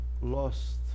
lost